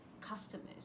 customers